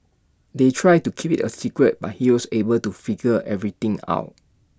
they tried to keep IT A secret but he was able to figure everything out